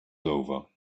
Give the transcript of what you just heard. over